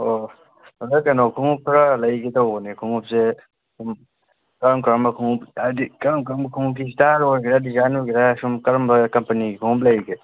ꯑꯣ ꯑꯣꯖꯥ ꯀꯩꯅꯣ ꯈꯨꯃꯨꯛ ꯈꯔ ꯂꯩꯒꯦ ꯇꯧꯕꯅꯦ ꯈꯨꯃꯨꯛꯁꯦ ꯑꯗꯨꯝ ꯀꯔꯝ ꯀꯔꯝꯕ ꯈꯨꯃꯨꯛ ꯍꯥꯏꯗꯤ ꯀꯔꯝ ꯀꯔꯝꯕ ꯈꯨꯃꯨꯛꯀꯤ ꯏꯁꯇꯥꯏꯜ ꯑꯣꯏꯒꯦꯔꯥ ꯗꯤꯖꯥꯏꯟ ꯑꯣꯏꯒꯦꯔꯥ ꯁꯨꯝ ꯀꯔꯝꯕ ꯀꯝꯄꯅꯤꯒꯤ ꯈꯨꯃꯨꯛ ꯂꯩꯔꯤꯒꯦ